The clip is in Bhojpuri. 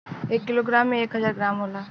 एक किलोग्राम में एक हजार ग्राम होला